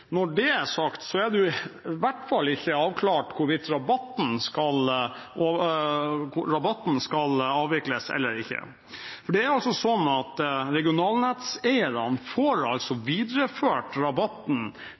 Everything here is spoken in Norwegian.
Når det er sagt, er det i hvert fall ikke avklart hvorvidt rabatten skal avvikles eller ikke. Regionalnetteierne får videreført rabatten til sitt nett i Statnetts tariffmodell, og Statnett oppfordrer regionalnettselskapene til å videreføre rabatten